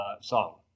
song